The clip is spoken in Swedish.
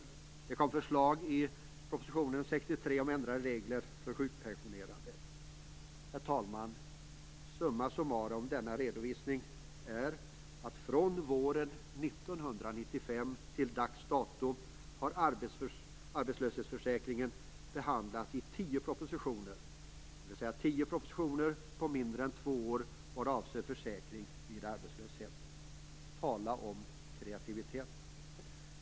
Det kom nya förslag i vårpropositionen. Herr talman! Summa summarum av denna redovisning är att från våren 1995 till dags dato har arbetslöshetsförsäkringen behandlats i tio propositioner på mindre än två år. Tala om kreativitet!